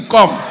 Come